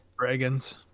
dragons